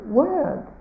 word